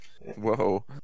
Whoa